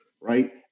right